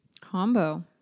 Combo